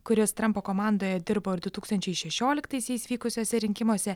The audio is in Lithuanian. kuris trampo komandoje dirbo ir du tūkstančiai šešioliktaisiais vykusiuose rinkimuose